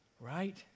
Right